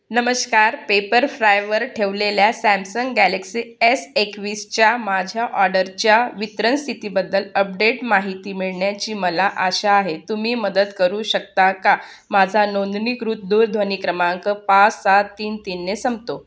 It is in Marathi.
नमस्कार पेपरफ्रायवर ठेवलेल्या सॅमसंग गॅलेक्सी एस एकवीसच्या माझ्या ऑडरच्या वितरण स्थितीबद्दल अपडेट माहिती मिळण्याची मला आशा आहे तुम्ही मदत करू शकता का माझा नोंदणीकृत दूरध्वनी क्रमांक पाच सात तीन तीनने संपतो